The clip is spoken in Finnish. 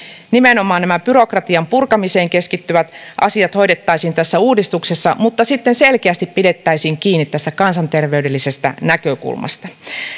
nimenomaan nämä byrokratian purkamiseen keskittyvät asiat hoidettaisiin tässä uudistuksessa mutta sitten selkeästi pidettäisiin kiinni tästä kansanterveydellisestä näkökulmasta